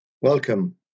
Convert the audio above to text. Welcome